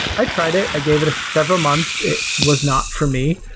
i tried it. i gave it several months. it was not for me,